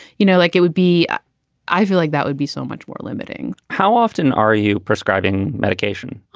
you know, like it would be i feel like that would be so much more limiting how often are you prescribing medication?